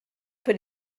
put